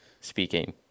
speaking